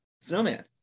Snowman